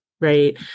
right